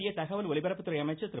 மத்திய தகவல் ஒலிபரப்புத்துறை அமைச்சர் திரு